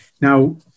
Now